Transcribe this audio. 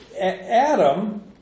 Adam